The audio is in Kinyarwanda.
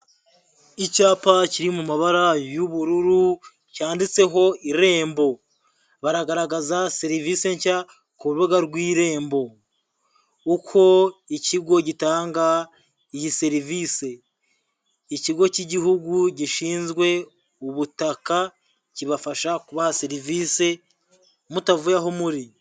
Icyapa kiri mu mabara y'ubururu cyanditseho irembo, baragaragaza serivise nshya ku rubuga rw'irembo, uko ikigo gitanga iyi serivise ikigo cy'igihugu gishinzwe ubutaka kibafasha kubaha serivise mutavuye aho muri.